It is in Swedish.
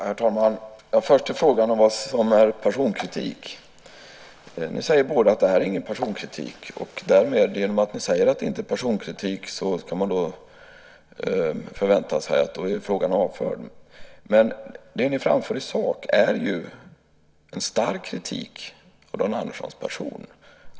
Herr talman! Jag tar först frågan om vad som är personkritik. Ni säger båda att det här inte är personkritik, och genom att ni säger att det inte är personkritik förväntas frågan vara avförd. Men det ni framför i sak är ju en stark kritik av Dan Anderssons person.